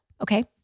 okay